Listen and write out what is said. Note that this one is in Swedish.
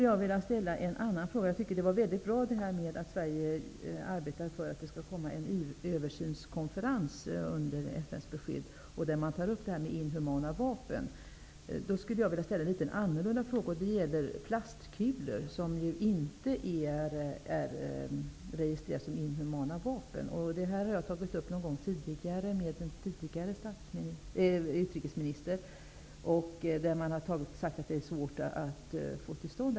Jag tycker att det är väldigt bra att Sverige arbetar för att få till stånd en översynskonferens under FN:s beskydd där man tar upp det här med inhumana vapen. Då skulle jag vilja ta upp en litet annorlunda fråga. Det gäller plastkulor, som ju inte är registrerade som inhumana vapen. Den här frågan har jag tagit upp någon gång tidigare med en tidigare utrikesminister. Man har sagt att det är svårt.